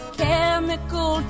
chemical